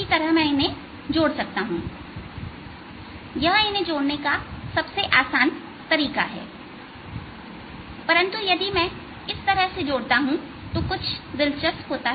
इसी तरह मैं इसे जोड़ सकता हूं यह इन्हें जोड़ने का सबसे आसान तरीका है परंतु यदि मैं इस तरह से जोड़ता हूं कुछ दिलचस्प होता है